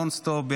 נון-סטופ,